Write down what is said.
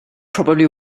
probably